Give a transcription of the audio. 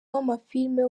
w’amafilimi